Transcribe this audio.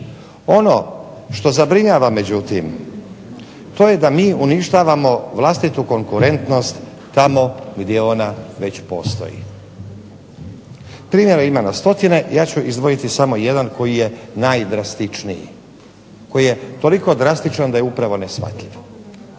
Ono što se zabrinjava međutim, to je da mi uništavamo vlastitu konkurentnost tamo gdje ona već postoji. Primjera ima na stotine, ja ću izdvojiti samo jedan koji je najdrastičniji, koji je toliko drastičan da je upravo neshvatljiv.